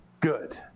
Good